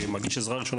כמגיש עזרה ראשונה,